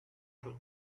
shoot